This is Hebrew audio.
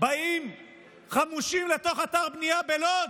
באים חמושים לתוך אתר בנייה בלוד,